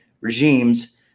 regimes